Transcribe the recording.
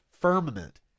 firmament